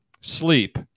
Sleep